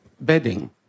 bedding